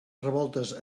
revoltes